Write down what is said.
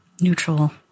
neutral